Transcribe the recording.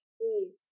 please